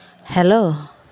hello